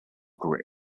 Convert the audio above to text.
group